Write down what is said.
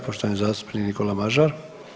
Poštovani zastupnik Nikola Mažar.